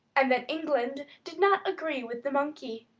and that england did not agree with the monkey.